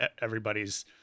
everybody's